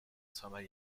zweimal